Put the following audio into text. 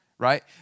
right